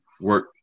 work